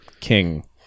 King